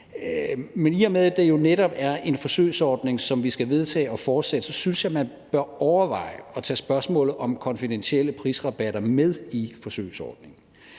Men i og med at det jo netop er en forsøgsordning, som vi skal vedtage og fortsætte, så synes jeg, at man bør overveje at tage spørgsmålet om konfidentielle prisrabatter med i forsøgsordningen.